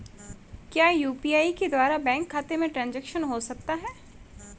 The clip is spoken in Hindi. क्या यू.पी.आई के द्वारा बैंक खाते में ट्रैन्ज़ैक्शन हो सकता है?